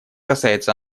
касается